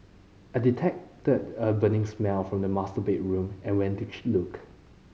I detected a burning smell from the master bedroom and went to look